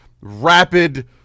rapid